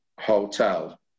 hotel